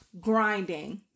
grinding